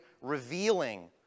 revealing